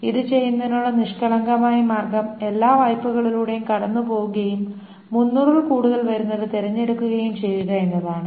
ഇത് ചെയ്യുന്നതിനുള്ള നിഷ്കളങ്കമായ മാർഗം എല്ലാ വായ്പകളിലൂടെയും കടന്നുപോകുകയും 300 ൽ കൂടുതൽ വരുന്നത് തിരഞ്ഞെടുക്കുകയും ചെയ്യുക എന്നതാണ്